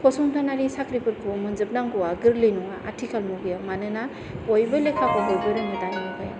फसंथानारि साख्रिफोरखौ मोनजोबनांगौआ गोरलै नङा आथिखाल मुगायाव मानोना बयबो लेखाखौ रोङो दानि जुगावहाय